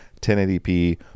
1080p